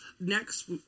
next